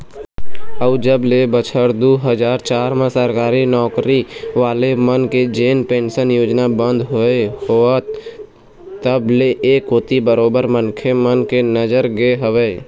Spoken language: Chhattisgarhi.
अउ जब ले बछर दू हजार चार म सरकारी नौकरी वाले मन के जेन पेंशन योजना बंद होय हवय तब ले ऐ कोती बरोबर मनखे मन के नजर गे हवय